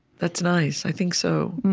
that's nice. i think so.